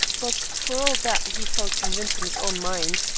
but for all that he felt convinced, in his own mind,